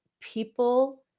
people